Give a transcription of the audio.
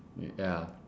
y~ ya